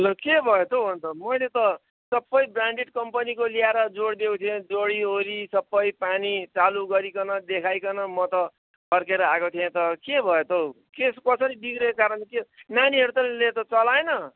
लौ के भयो त हौ अन्त मैले त सबै ब्रान्डेड कन्पनीको ल्याएर जोडिदिएको थिएँ जोडिवरि सबै पानी चालू गरिकन देखाइकन म त फर्केर आएको थिएँ त के भयो त हौ के कसरी बिग्रेको कारण के नानीहरू त ले त चलाएन